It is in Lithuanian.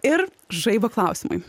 ir žaibo klausimai